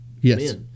Yes